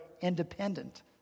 independent